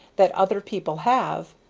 that other people have,